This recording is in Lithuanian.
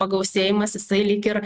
pagausėjimas jisai lyg ir